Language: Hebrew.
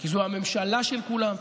כי זו הממשלה של כולם,